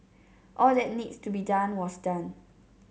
all that needs to be done was done